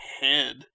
head